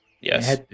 Yes